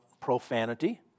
profanity